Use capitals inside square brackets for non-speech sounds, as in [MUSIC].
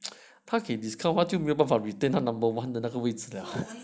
[NOISE] 他给 discount 他就没有办发 retain 他那个位置了